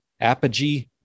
Apogee